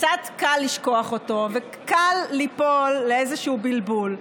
קצת קל לשכוח אותו וקל ליפול לאיזשהו בלבול.